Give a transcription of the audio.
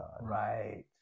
right